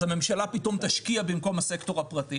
אז הממשלה פתאום תשקיע במקום הסקטור הפרטי.